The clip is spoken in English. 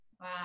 Wow